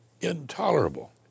intolerable